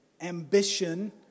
ambition